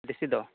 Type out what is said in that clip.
ᱫᱮᱥᱤᱫᱚ